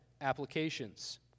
applications